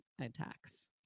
attacks